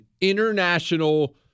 international